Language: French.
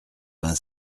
vingt